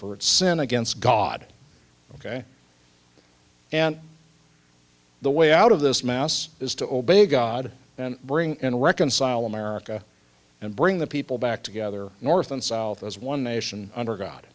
for its sin against god ok and the way out of this mess is to obey god and bring in reconcile america and bring the people back together north and south as one nation under god